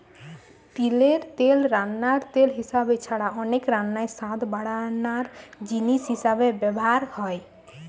তিলের তেল রান্নার তেল হিসাবে ছাড়া অনেক রান্নায় স্বাদ বাড়ানার জিনিস হিসাবে ব্যভার হয়